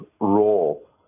role